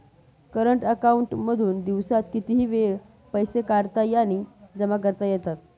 current account मधून दिवसात कितीही वेळ पैसे काढता आणि जमा करता येतात